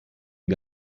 die